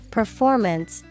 performance